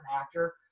actor